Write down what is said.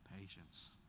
Patience